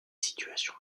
situations